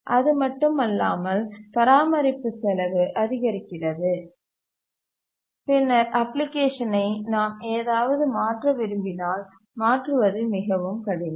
அது மட்டுமல்லாமல் பராமரிப்பு செலவு அதிகரிக்கிறது பின்னர் அப்ளிகேஷனை நாம் ஏதாவது மாற்ற விரும்பினால் மாற்றுவது மிகவும் கடினம்